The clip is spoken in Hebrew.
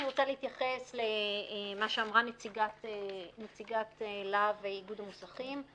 אני רוצה להתייחס למה שאמרה נציגת להב איגוד המוסכים.